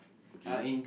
okay